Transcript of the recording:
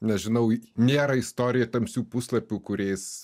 nežinau nėra istorija tamsių puslapių kuriais